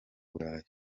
burayi